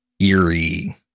eerie